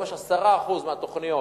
כש-10% מהתוכניות